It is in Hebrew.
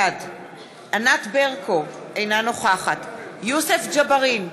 בעד ענת ברקו, אינה נוכחת יוסף ג'בארין,